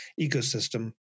ecosystem